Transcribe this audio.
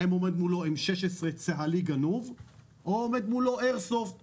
האם עומד מולו M16 צה"לי גנוב או שעומד מולו איירסופט